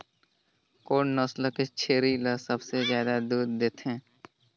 कोन नस्ल के छेरी ल सबले ज्यादा दूध देथे?